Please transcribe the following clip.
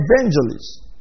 evangelists